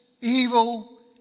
evil